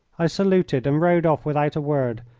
i saluted and rode off without a word,